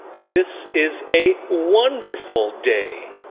this is a wonderful day.